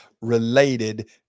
related